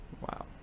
Wow